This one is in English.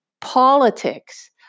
Politics